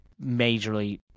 majorly